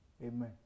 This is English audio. Amen